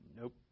Nope